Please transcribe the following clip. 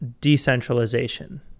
decentralization